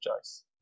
choice